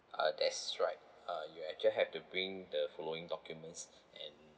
uh that's right uh you have~ just have to bring the following documents and